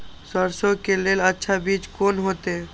सरसों के लेल अच्छा बीज कोन होते?